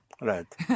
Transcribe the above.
Right